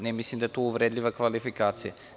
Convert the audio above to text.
Ne mislim da je to uvredljiva kvalifikacija.